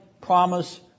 promise